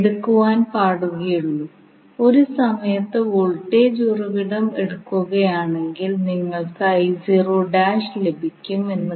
AC circuit വിശകലനം ചെയ്യുന്നതിനുള്ള ഘട്ടങ്ങൾ എന്തൊക്കെയാണ്